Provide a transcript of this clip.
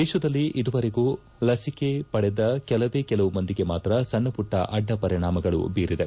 ದೇಶದಲ್ಲಿ ಇದುವರೆಗೂ ಲಸಿಕೆ ಪಡೆದ ಕೆಲವೇ ಕೆಲವು ಮಂದಿಗೆ ಮಾತ್ರ ಸಣ್ಣಪುಟ್ಲ ಅಡ್ಡ ಪರಿಣಾಮಗಳು ಬೀರಿದೆ